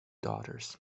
daughters